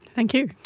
thank you.